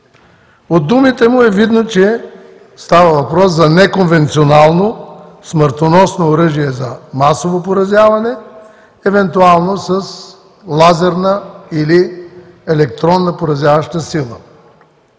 От думите му е видно, че става въпрос за неконвенционално смъртоносно оръжие за масово поразяване, евентуално с лазерна или електронна поразяваща сила.